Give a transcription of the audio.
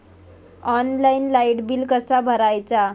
Online light bill कसा भरायचा?